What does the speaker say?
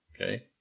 Okay